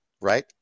right